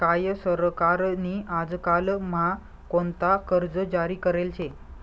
काय सरकार नी आजकाल म्हा कोणता कर्ज जारी करेल शे